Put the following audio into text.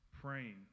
Praying